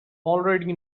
already